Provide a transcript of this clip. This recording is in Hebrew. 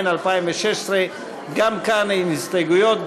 התשע"ז 2016. גם כאן אין הסתייגות,